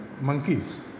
monkeys